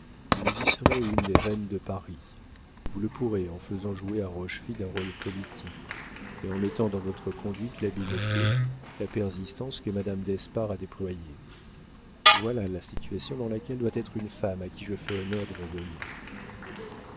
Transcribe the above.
vous y serez une des reines de paris vous le pourrez en faisant jouer à rochefide un rôle politique et en mettant dans votre conduite l'habileté la persistance que madame d'espard a déployée voilà la situation dans laquelle doit être une femme à qui je fais l'honneur de me donner